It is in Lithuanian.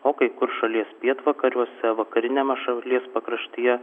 o kai kur šalies pietvakariuose vakariniame šalies pakraštyje